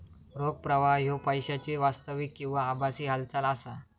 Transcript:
रोख प्रवाह ह्यो पैशाची वास्तविक किंवा आभासी हालचाल असा